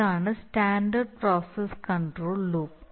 ഇതാണ് standard process control loop